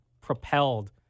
propelled